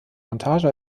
montage